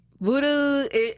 Voodoo